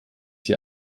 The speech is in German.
hier